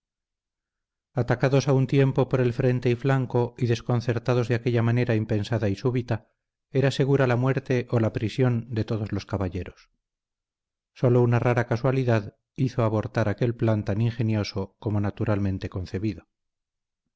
atacados a un tiempo por el frente y flanco y desconcertados de aquella manera impensada y súbita era segura la muerte o la prisión de todos los caballeros sólo una rara casualidad hizo abortar aquel plan tan ingenioso como naturalmente concebido